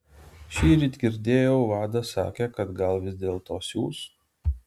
šįryt girdėjau vadas sakė kad gal vis dėlto siųs